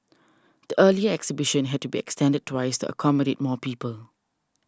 the earlier exhibition had to be extended twice accommodate more people